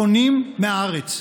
קונים בארץ,